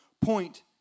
point